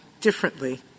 differently